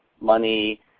money